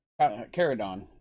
Caradon